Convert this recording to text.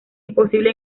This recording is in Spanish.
imposible